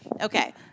Okay